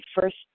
first